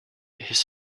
his